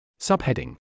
Subheading